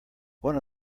one